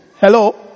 Hello